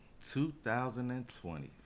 2020